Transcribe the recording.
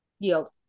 Yield